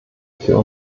für